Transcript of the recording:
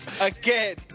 again